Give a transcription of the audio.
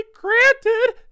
granted